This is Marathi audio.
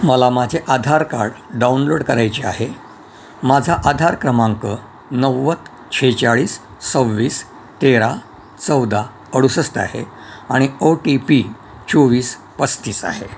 मला माझे आधार कार्ड डाउनलोड करायचे आहे माझा आधार क्रमांक नव्वद सेहेचाळीस सव्वीस तेरा चौदा अडुसष्ट आहे आणि ओ टी पी चोवीस पस्तीस आहे